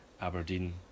Aberdeen